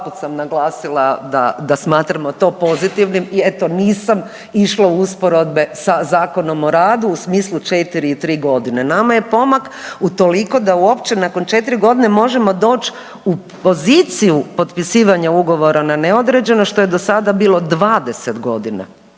puta sam naglasila da smatramo to pozitivnim i eto nisam išla usporedbe sa Zakonom o radu u smislu 4 i 3 godine. Nama je pomak utoliko da uopće nakon 4 godine možemo doći u poziciju potpisivanja ugovora na neodređeno što je do sada bilo 20 godina.